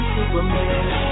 Superman